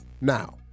Now